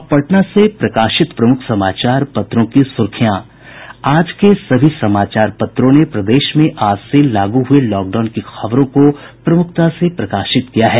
अब पटना से प्रकाशित प्रमुख समाचार पत्रों की सुर्खियां आज के सभी समाचार पत्रों ने प्रदेश में आज से लागू हुये लॉकडाउन की खबरों को प्रमुखता से प्रकाशित किया है